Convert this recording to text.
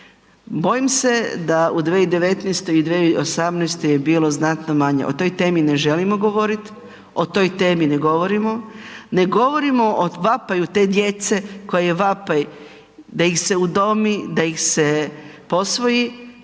Bojim se da u 2019. i 2018. je bilo znatno manje. O toj temi ne želimo govoriti, o toj temi ne govorimo, ne govorimo o vapaju te djece koja je vapaj da ih se udomi, da ih se posvoji